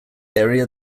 area